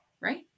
Right